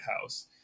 House